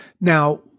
Now